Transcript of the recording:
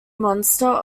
monster